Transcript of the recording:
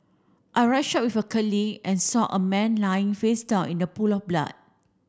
I rushed out with a colleague and saw a man lying face down in the pool of blood